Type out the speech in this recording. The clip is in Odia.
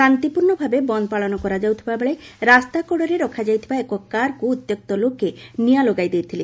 ଶାନ୍ତିପ୍ରର୍ଷ୍ଭାବେ ବନ୍ଦ ପାଳନ କରାଯାଉଥିବାବେଳେ ରାସ୍ତାକଡରେ ରଖାଯାଇଥିବା ଏକ କାରକୁ ଉଉ୍ୟକ୍ତ ଲୋକେ ନିଆଁ ଲଗାଇଦେଇଥିଲେ